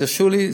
תרשו לי,